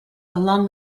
along